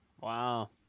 Wow